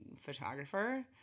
photographer